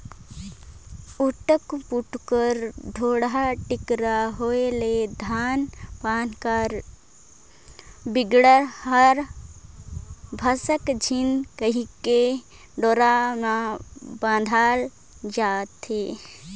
उटुक टुमुर, ढोड़गा टिकरा होए ले धान पान कर बीड़ा हर भसके झिन कहिके डोरा मे बाधल जाथे